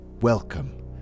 welcome